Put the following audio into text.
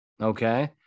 okay